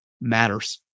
matters